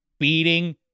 Beating